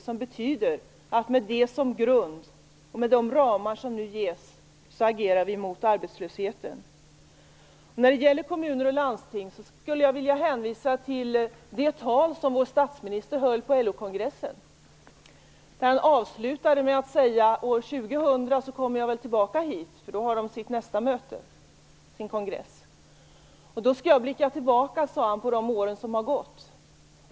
Det betyder att vi med saneringen som grund och inom de ramar som nu finns agerar mot arbetslösheten. När det gäller kommuner och landsting skulle jag vilja hänvisa till det tal som statsministern höll på LO kongressen. Han avslutade det med att säga: År 2000 kommer jag väl tillbaka hit - då har de nämligen sin nästa kongress - och då skall jag blicka tillbaka på de år som har gått.